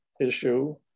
issue